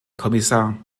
kommissar